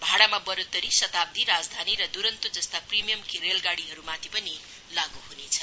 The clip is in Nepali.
भाडामा बढोत्तरी शताब्दी राजधनी र द्रन्तो जस्ता प्रिमियम रेलगाडी माथि पनि लागु हुनेछ